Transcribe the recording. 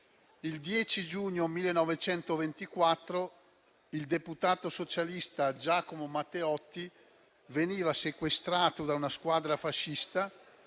il 10 giugno 1924 il deputato socialista Giacomo Matteotti veniva sequestrato da una squadra fascista,